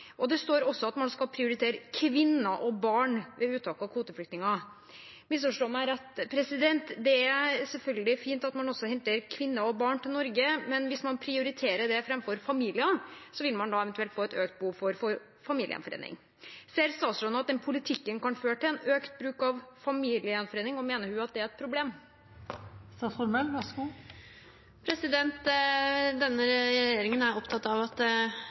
saksbehandlingen. Det står også at man skal prioritere kvinner og barn ved uttak av kvoteflyktninger. Misforstå meg rett: Det er selvfølgelig fint at man henter kvinner og barn til Norge, men hvis man prioriterer det framfor familier, vil man eventuelt få et økt behov for familiegjenforening. Ser statsråden at den politikken kan føre til økt bruk av familiegjenforening, og mener hun at det er et problem? Denne regjeringen er opptatt av at